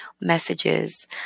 messages